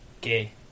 Gay